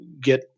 get